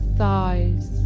thighs